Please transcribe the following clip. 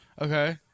Okay